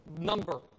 number